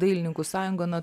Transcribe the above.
dailininkų sąjunga nuo